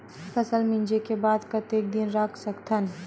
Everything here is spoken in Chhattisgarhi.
फसल मिंजे के बाद कतेक दिन रख सकथन?